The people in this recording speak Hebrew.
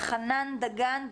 חנן דגן,